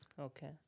Okay